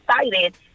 excited